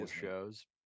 shows